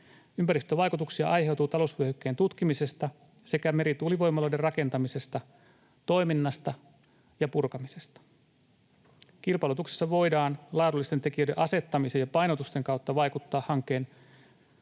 Ympäristövaikutuksia aiheutuu talousvyöhykkeen tutkimisesta sekä merituulivoimaloiden rakentamisesta, toiminnasta ja purkamisesta. Kilpailutuksessa voidaan laadullisten tekijöiden asettamisen ja painotusten kautta vaikuttaa hankkeen ympäristövaikutuksiin.